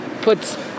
Puts